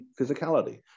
physicality